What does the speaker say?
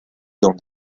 dans